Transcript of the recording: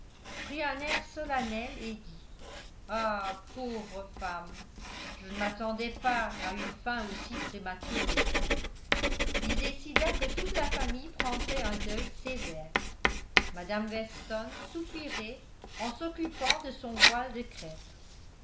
un air solennel et dit ah pauvre femme je ne m'attendais pas à une fin aussi prématurée il décida que toute la famille prendrait un deuil sévère mme weston soupirait en s'occupant de son voile de crêpe